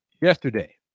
yesterday